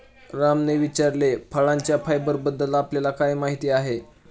रामने विचारले, फळांच्या फायबरबद्दल आपल्याला काय माहिती आहे?